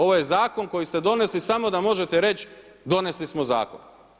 Ovo je zakon, koji ste donesli, samo da možete reći, donesli smo zakon.